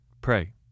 pray